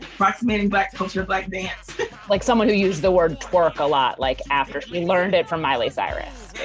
approximating black culture, black dance like someone who used the word twerk a lot like after we learned it from miley cyrus.